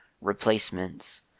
replacements